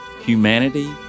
humanity